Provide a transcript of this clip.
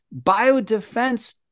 biodefense